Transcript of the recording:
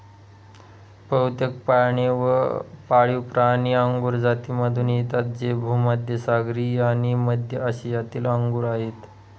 बहुतेक पाळीवप्राणी अंगुर जातीमधून येतात जे भूमध्य सागरीय आणि मध्य आशियातील अंगूर आहेत